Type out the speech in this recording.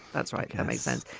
that's right. have sense.